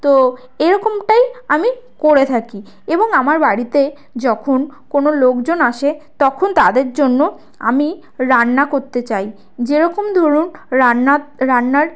তো এরকমটাই আমি করে থাকি এবং আমার বাড়িতে যখন কোনো লোকজন আসে তখন তাদের জন্য আমি রান্না করতে চাই যেরকম ধরুন রান্না রান্নার